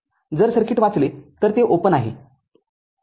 जर सर्किट वाचले तर ते ओपन आहे